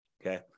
Okay